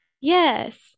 yes